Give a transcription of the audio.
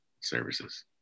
services